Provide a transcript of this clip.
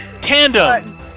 Tandem